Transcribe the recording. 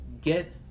Get